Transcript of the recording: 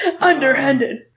Underhanded